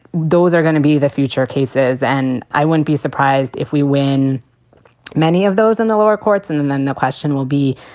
those are going to be the future cases. and i wouldn't be surprised if we win many of those in the lower courts. and then then the question will be,